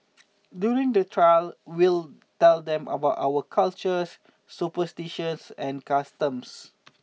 during the trail we'll tell them about our cultures superstitions and customs